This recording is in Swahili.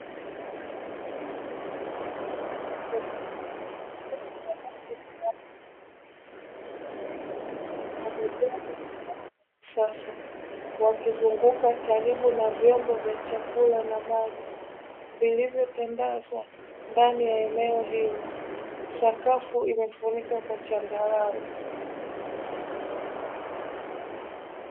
Sasa wakizunguka karibu na vyombo vya chakula na maji, vilivyotandazwa ndani ya eneo hilo sakafu imefunikwa kwa changarawe.